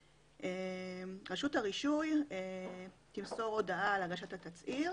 רשות הרישוי תמסור הודעה על הגשת התצהיר